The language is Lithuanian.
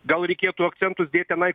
gal reikėtų akcentus dėt tenai